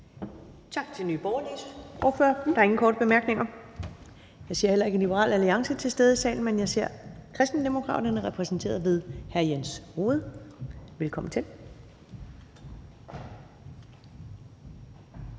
Tak til Nye Borgerliges ordfører. Der er ingen korte bemærkninger. Jeg ser heller ikke, at Liberal Alliance er til stede i salen, men jeg ser Kristendemokraterne repræsenteret ved hr. Jens Rohde. Velkommen til.